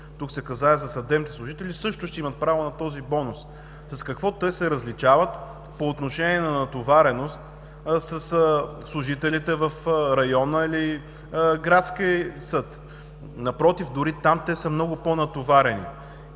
тук се касае за съдебните служители, също ще имат право на този бонус? С какво те се различават по отношение на натовареност със служителите в районния или градски съд? Напротив, дори там те са много по-натоварени.